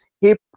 hip